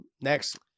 next